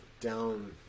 down